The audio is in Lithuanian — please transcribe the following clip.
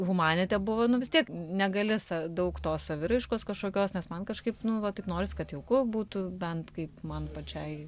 humanite buvo nu vis tiek negali sa daug tos saviraiškos kažkokios nes man kažkaip nu va taip norisi kad jauku būtų bent kaip man pačiai